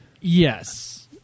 Yes